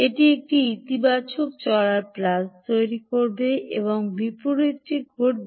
এটি একটি ইতিবাচক চলার পালস তৈরি করবে এবং বিপরীতটি ঘটবে